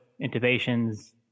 intubations